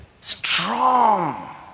strong